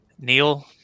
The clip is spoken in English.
Neil